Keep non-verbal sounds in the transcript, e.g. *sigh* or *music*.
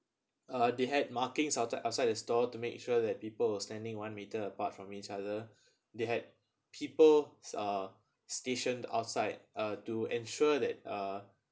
uh they had markings outside outside the store to make sure that people were standing one meter apart from each other *breath* they had people uh stationed outside uh to ensure that uh